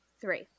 Three